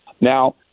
now